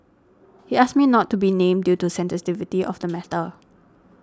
he asked me not to be named due to sensitivity of the matter